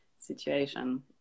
situation